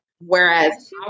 Whereas